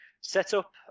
setup